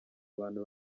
abantu